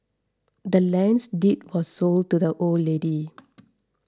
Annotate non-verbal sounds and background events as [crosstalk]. the land's deed was sold to the old lady [noise]